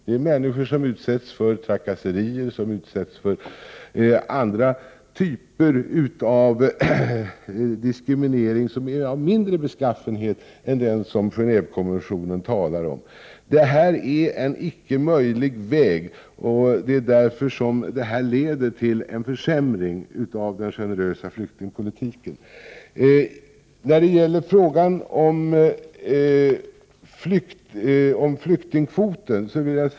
Det är människor som utsätts för trakasserier och olika typer av diskriminering som är av mindre omfattning än den som det talas om i Gen&vekonventionen. Det som Gullan Lindblad föreslår innebär därför en icke möjlig väg, som leder till en försämring av den generösa flyktingpolitiken.